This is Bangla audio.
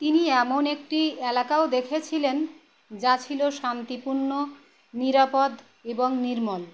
তিনি এমন একটি এলাকাও দেখেছিলেন যা ছিল শান্তিপূর্ণ নিরাপদ এবং নির্মল